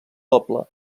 doble